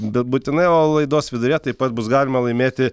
bet būtinai o laidos viduryje taip pat bus galima laimėti